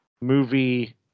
movie